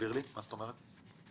מה זאת אומרת?